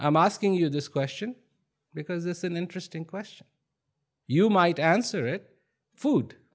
i'm asking you this question because it's an interesting question you might answer it food